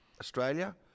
Australia